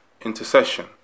intercession